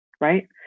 right